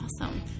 awesome